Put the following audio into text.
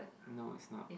no it's not